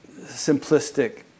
simplistic